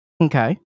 Okay